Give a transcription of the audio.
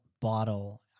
bottle